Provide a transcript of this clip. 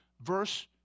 Verse